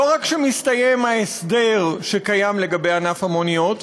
לא רק שמסתיים ההסדר שקיים לגבי ענף המוניות,